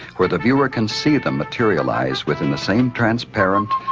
where the viewer can see them materialize within the same transparent,